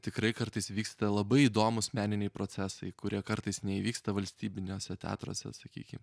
tikrai kartais vyksta labai įdomūs meniniai procesai kurie kartais neįvyksta valstybiniuose teatruose sakykim